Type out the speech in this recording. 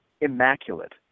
Immaculate